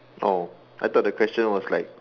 oh I thought the question was like